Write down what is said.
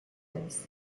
years